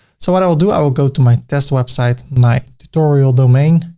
so what i'll do, i will go to my test website, my tutorial domain